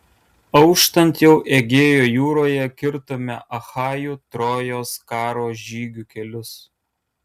auštant jau egėjo jūroje kirtome achajų trojos karo žygių kelius